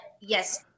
yes